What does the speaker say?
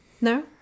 No